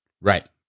Right